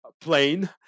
plane